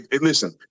listen